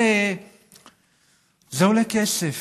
זה עולה כסף